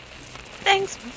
thanks